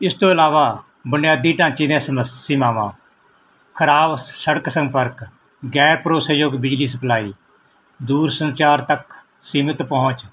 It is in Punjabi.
ਇਸ ਤੋਂ ਇਲਾਵਾ ਬੁਨਿਆਦੀ ਢਾਂਚੇ ਦੀਆਂ ਸਮੱਸ ਸੀਮਾਵਾਂ ਖਰਾਬ ਸੜਕ ਸੰਪਰਕ ਗੈਰ ਭਰੋਸੇਯੋਗ ਬਿਜਲੀ ਸਪਲਾਈ ਦੂਰ ਸੰਚਾਰ ਤੱਕ ਸੀਮਤ ਪਹੁੰਚ